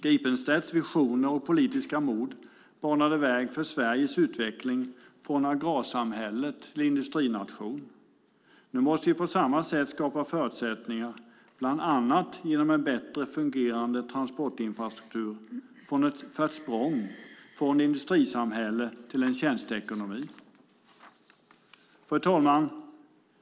Gripenstedts visioner och politiska mod banade väg för Sveriges utveckling från agrarsamhälle till industrination. Nu måste vi på samma sätt skapa förutsättningar, bland annat genom en bättre fungerande transportinfrastruktur, för ett språng från ett industrisamhälle till en tjänsteekonomi. Fru talman!